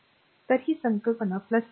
तर ही संकल्पना आहे